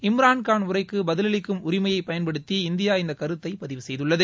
இம் ரான்கான் உரைக்கு பதிலளிக்கும் உரிமையை பயன்படுத்தி இந்தியா இந்த கருத்தை பதிவு செய்துள்ளது